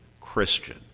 Christian